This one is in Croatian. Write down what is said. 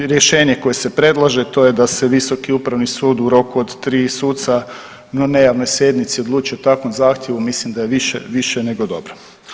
I rješenje koje se predlaže, to je da se Visoki upravni sud u roku od tri suca, no nejavnoj sjednici odluči o takvom zahtjevu, mislim da je više nego dobro.